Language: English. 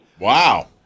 Wow